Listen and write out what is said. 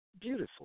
beautiful